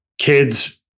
Kids